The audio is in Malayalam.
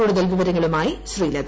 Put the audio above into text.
കൂടുതൽ വിവരങ്ങളുമായി ശ്രീലത